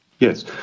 Yes